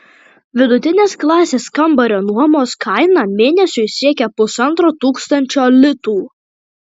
vidutinės klasės kambario nuomos kaina mėnesiui siekia pusantro tūkstančio litų